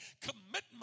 commitment